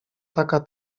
taka